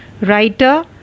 writer